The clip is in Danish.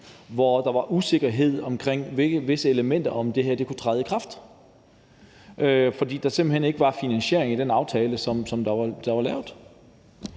hvor der var usikkerhed omkring visse elementer, og om det her kunne træde i kraft, fordi der simpelt hen ikke var finansiering i den aftale, som var lavet.